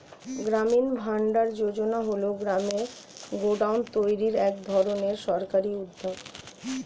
গ্রামীণ ভান্ডার যোজনা হল গ্রামে গোডাউন তৈরির এক ধরনের সরকারি উদ্যোগ